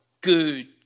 good